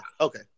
okay